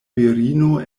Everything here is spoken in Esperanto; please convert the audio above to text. virino